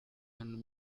and